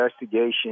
investigation